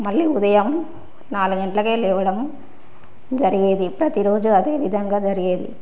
మళ్ళీ ఉదయం నాలుగు గంటలకే లేవడం జరిగేది ప్రతిరోజు అదే విధంగా జరిగేది